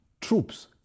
troops